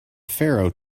pharaoh